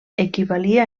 equivalia